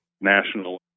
national